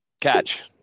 catch